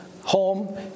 Home